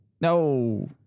No